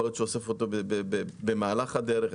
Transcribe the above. יכול להיות שהוא אסף אותו במהלך הדרך,